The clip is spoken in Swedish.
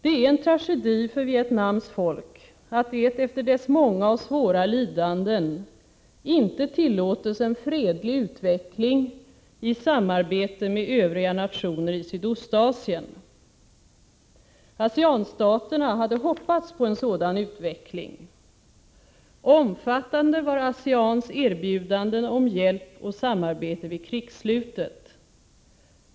Det är en tragedi för Vietnams folk att det efter dess många och svåra lidanden inte tillåts en fredlig utveckling i samarbete med övriga nationer i Sydostasien. ASEAN-staterna hade hoppats på en sådan utveckling. Omfattande var ASEANS-staternas erbjudanden om hjälp och samarbete vid krigsslutet.